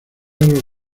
los